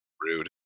Rude